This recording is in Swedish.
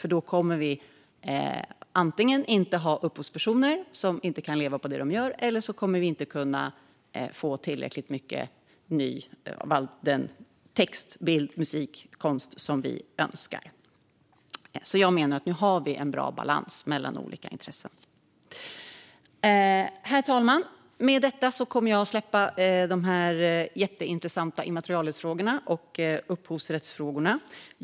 I så fall kommer det antingen inte att finnas upphovspersoner som kan leva på det de gör eller så skapas inte så mycket ny text, bild, musik och konst som vi önskar. Jag menar att det är bra balans mellan olika intressen nu. Herr talman! Med detta kommer jag att släppa dessa jätteintressanta immaterialrättsfrågor och upphovsrättsfrågor.